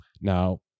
Now